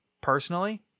personally